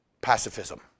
pacifism